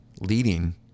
leading